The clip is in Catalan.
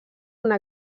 una